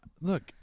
look